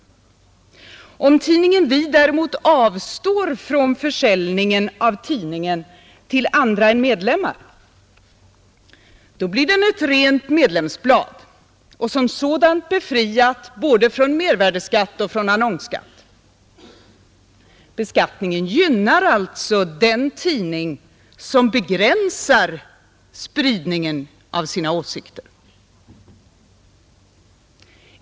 Om tidningen Vi däremot avstår från försäljningen till andra än medlemmar, blir den ett rent medlemsblad och som sådant befriad från såväl mervärdeskatt som annonsskatt. Beskattningen gynnar alltså den tidning som begränsar spridningen av sina åsikter.